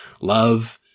love